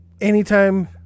Anytime